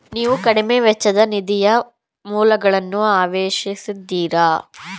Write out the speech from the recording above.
ನೀವು ಕಡಿಮೆ ವೆಚ್ಚದ ನಿಧಿಯ ಮೂಲಗಳನ್ನು ಅನ್ವೇಷಿಸಿದ್ದೀರಾ?